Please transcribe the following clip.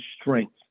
strength